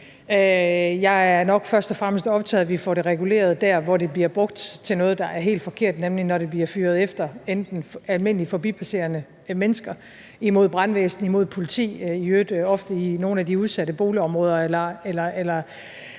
Jeg er nok først og fremmest optaget af, at vi får det reguleret der, hvor det bliver brugt til noget, der er helt forkert, nemlig når det bliver fyret af imod enten almindelige forbipasserende mennesker eller imod brandvæsen og imod politi – i øvrigt ofte i nogle af de udsatte boligområder eller